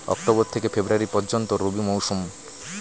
October থেকে February পর্যন্ত রবি মৌসুম